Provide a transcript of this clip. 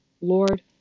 Lord